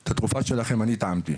את התרופה שלכם, אני טעמתי.